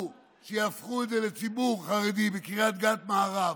שיהפכו את זה לציבור חרדי בקריית גת מערב,